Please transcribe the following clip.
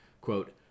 quote